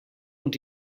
und